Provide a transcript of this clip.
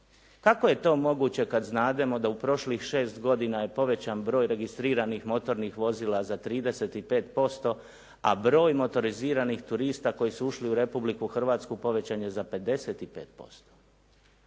kako je to moguće kada znademo da u prošlih 6 godina je povećan broj registriranih motornih vozila za 35%, a broj motoriziranih turista koji su ušli u Republiku Hrvatsku povećan je za 55%?